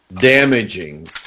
damaging